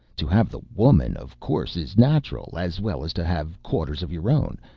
to have the woman of course is natural, as well as to have quarters of your own,